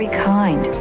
kind.